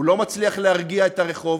הוא לא מצליח להרגיע את הרחוב,